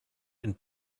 and